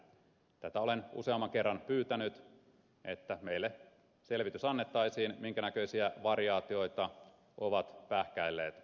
tätä olen useamman kerran pyytänyt että meille selvitys annettaisiin minkä näköisiä variaatioita ovat pähkäilleet